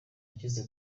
yashyize